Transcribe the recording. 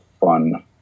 fun